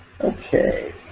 Okay